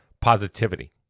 positivity